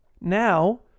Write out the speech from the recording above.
Now